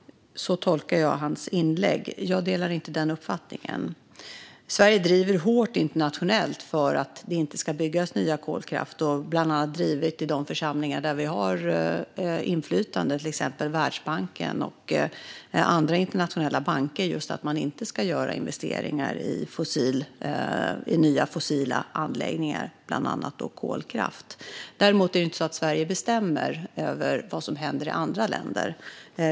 Så tolkar jag hans inlägg. Jag delar inte den uppfattningen. Sverige driver på hårt internationellt för att det inte ska byggas nya kolkraftverk. Vi har bland annat drivit detta i de församlingar där vi har inflytande, till exempel Världsbanken och andra internationella banker. Det handlar just om att man inte ska göra investeringar i nya fossila anläggningar, bland annat kolkraftverk. Däremot bestämmer inte Sverige över vad som händer i andra länder.